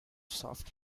soft